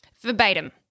Verbatim